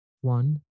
One